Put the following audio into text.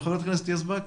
חברת הכנסת יזבק.